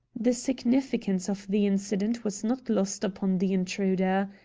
the significance of the incident was not lost upon the intruder.